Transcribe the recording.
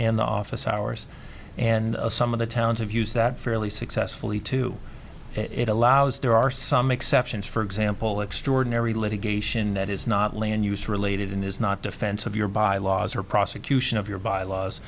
in the office hours and some of the towns of use that fairly successfully to it allows there are some exceptions for example extraordinary litigation that is not land use related and is not defense of your by laws or prosecution of your bylaws